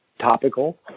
topical